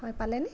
হয় পালে নে